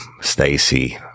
Stacy